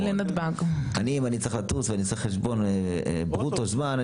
אם אני צריך לטוס ואני עושה חשבון ברוטו זמן,